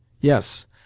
Yes